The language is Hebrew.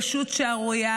זאת פשוט שערורייה.